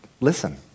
Listen